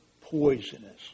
poisonous